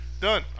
Done